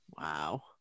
Wow